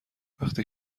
وقتی